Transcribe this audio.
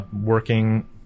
working